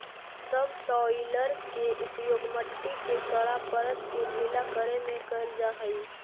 subsoiler के उपयोग मट्टी के कड़ा परत के ढीला करे में कैल जा हई